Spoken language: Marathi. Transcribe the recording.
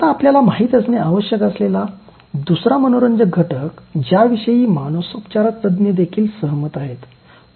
आता आपल्याला माहित असणे आवश्यक असलेला दुसरा मनोरंजक घटक ज्या विषयी मानसोपचारतज्ञ देखील सहमत आहेत